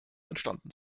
entstanden